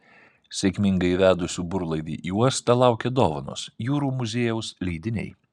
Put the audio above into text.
sėkmingai įvedusių burlaivį į uostą laukia dovanos jūrų muziejaus leidiniai